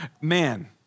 Man